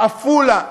עפולה,